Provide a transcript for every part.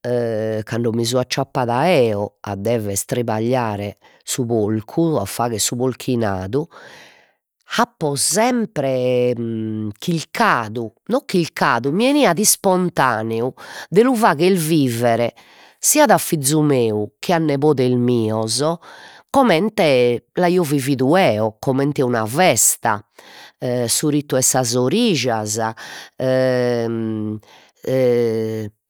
E cando mi so acciappada eo a dever tribagliare su porcu, a fagher su porchinadu apo sempre chircadu, non chircadu mi 'eniat ispontaneu de lu fagher viver, siat a fizu meu che a nebodes mios, comente l'aio vividu eo, comente una festa e su ritu 'e sas orijas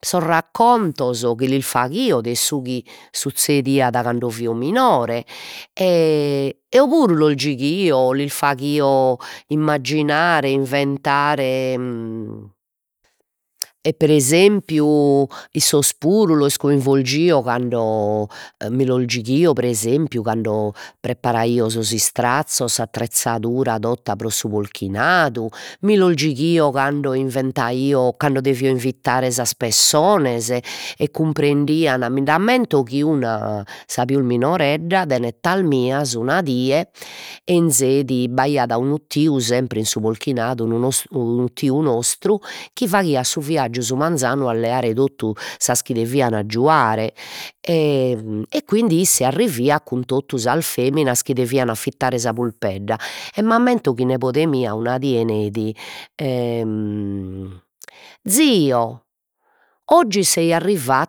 sos raccontos chi lis faghio de su chi suzzediat, cando fio minore e eo puru los giughio, lis faghio immagginare, inventare e pre esempiu issos puru los coinvolgo cando mi los giughio, pre esempiu cando preparaio sos istrazzos, s'attrezzadura tota pro su porchinadu, mi los giughio cando inventaio cando devio invitare sas pessonas e cumprendian, mind'ammento chi una sa pius minoredda de nettas mias una die 'enzeit, b'aiat unu tiu sempre in su porchinadu, unu nos unu tiu nostru chi faghiat su viaggiu su manzanu a leare totu sas chi devian aggiuare e quindi isse arriviat cun totu sas feminas chi devian affittare sa pulpedda e m'ammento chi nebode mia una die neit zio oggi sei arriva